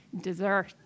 dessert